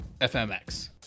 FMX